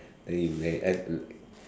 then you may